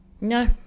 No